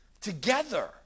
Together